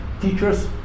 teachers